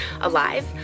alive